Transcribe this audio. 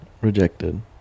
rejected